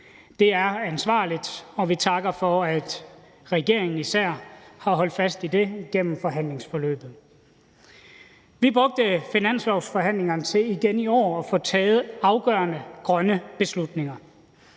det er ansvarligt, og vi takker for, at regeringen især har holdt fast i det igennem forhandlingsforløbet. Vi brugte finanslovsforhandlingerne til igen i år at få taget afgørende grønne beslutninger.